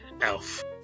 Elf